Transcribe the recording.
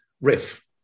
riff